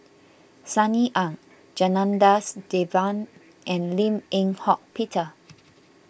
Sunny Ang Janadas Devan and Lim Eng Hock Peter